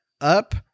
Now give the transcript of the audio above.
up